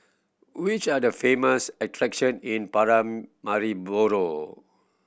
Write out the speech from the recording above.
which are the famous attraction in Paramaribo